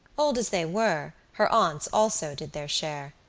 old as they were, her aunts also did their share.